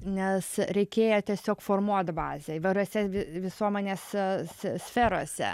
nes reikėjo tiesiog formuot bazę įvairiose visuomenės sferose